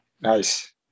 nice